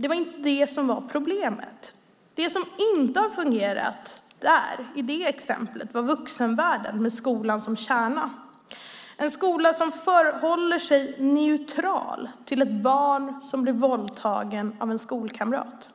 Det var inte det som var problemet. Det som inte har fungerat i det här exemplet är vuxenvärlden, med skolan som kärna. Det är en skola som förhåller sig neutral till ett barn som blir våldtaget av en skolkamrat.